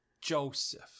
Joseph